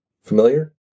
familiar